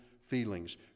feelings